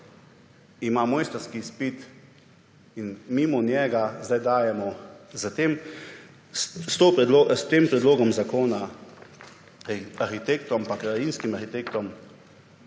ima mojstrski izpit in mimo njega sedaj dajemo za tem s tem predlogom zakona arhitektom pa krajinskim arhitektom